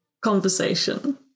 conversation